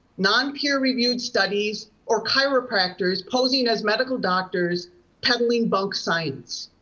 non peer reviewed studies or chiropractors posing as medical doctors peddling bunk science.